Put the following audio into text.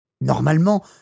Normalement